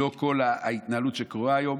לא כל ההתנהלות שקורית היום.